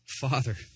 Father